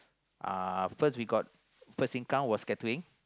uh first we got first income was catering